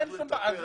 יש בעיה